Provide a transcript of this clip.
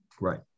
Right